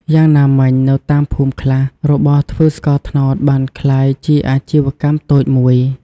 យ៉ាងណាមិញ នៅតាមភូមិខ្លះ របរធ្វើស្ករត្នោតបានក្លាយជាអាជីវកម្មតូចមួយ។